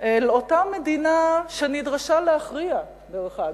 אל אותה מדינה שנדרשה להכריע, דרך אגב,